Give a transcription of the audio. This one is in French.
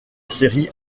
série